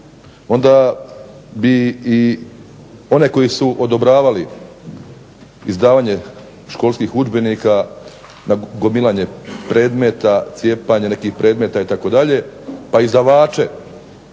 onda bi i one koji su odobravali izdavanje školskih udžbenika, gomilanje predmeta, cijepanje nekih predmeta itd. pa izdavače